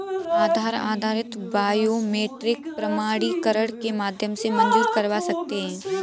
आधार आधारित बायोमेट्रिक प्रमाणीकरण के माध्यम से मंज़ूर करवा सकते हैं